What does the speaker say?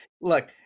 look